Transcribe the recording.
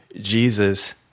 Jesus